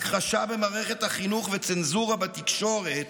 הכחשה במערכת החינוך וצנזורה בתקשורת